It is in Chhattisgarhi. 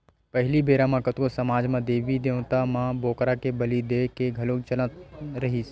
पहिली बेरा म कतको समाज म देबी देवता म बोकरा के बली देय के घलोक चलन रिहिस हे